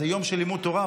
זה יום של לימוד תורה,